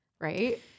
Right